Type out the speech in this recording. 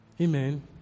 Amen